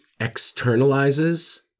externalizes